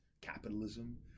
capitalism